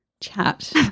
chat